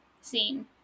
seen